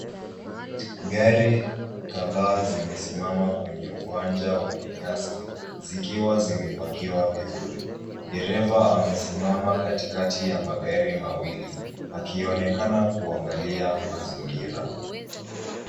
Gari kadhaa zimesimama kwenye uwanja wenye nyasi zikiwa zimepakiwa vizuri. Dereva amesimama katikati ya magari mawili akionekana kuangalia mazingira.